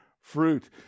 fruit